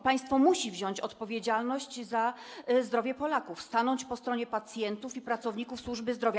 Państwo musi wziąć odpowiedzialność za zdrowie Polaków, stanąć po stronie pacjentów i pracowników służby zdrowia.